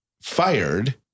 fired